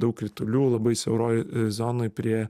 daug kritulių labai siauroj zonoj prie